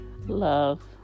love